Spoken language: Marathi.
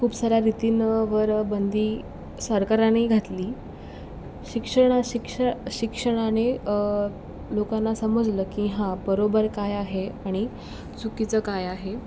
खूप साऱ्या रीतींवर बंदी सरकारने घातली शिक्षण शिक्षण शिक्षणाने लोकांना समजलं की हां बरोबर काय आहे आणि चुकीचं काय आहे